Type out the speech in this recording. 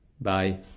Bye